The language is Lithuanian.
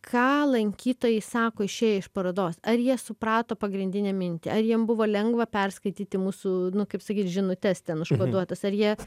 ką lankytojai sako išėję iš parodos ar jie suprato pagrindinę mintį ar jiem buvo lengva perskaityti mūsų nu kaip sakyt žinutes ten užkoduotas ar jie